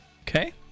Okay